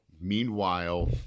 Meanwhile